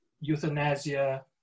euthanasia